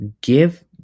give